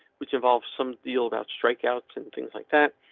which involves some deal about strikeouts and things like that.